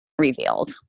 revealed